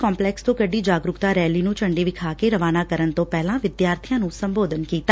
ਕੱਢੀ ਜਾਗਰੂਕਤਾ ਰੈਲੀ ਨੂੰ ਝੰਡੀ ਵਿਖਾ ਕੇ ਰਵਾਨਾ ਕਰਨ ਤੋਂ ਪਹਿਲਾਂ ਵਿਦਿਆਰਥੀਆਂ ਨੂੰ ਸੰਬੋਧਨ ਕੀਤਾ